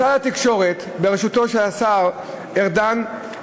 משרד התקשורת בראשותו של השר ארדן,